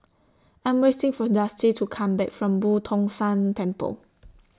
I'm waiting For Dusty to Come Back from Boo Tong San Temple